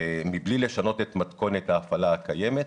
מבלי לשנות את מתכונת ההפעלה הקיימת,